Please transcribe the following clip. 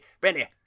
Brandy